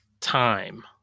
time